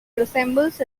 resembles